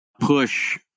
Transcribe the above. push